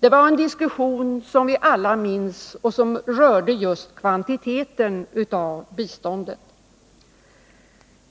Det var en diskussion som vi alla minns och som rörde kvantiteten av biståndet.